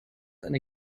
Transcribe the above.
eine